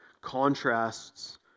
contrasts